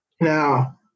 now